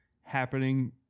happening